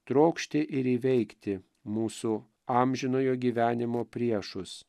trokšti ir įveikti mūsų amžinojo gyvenimo priešus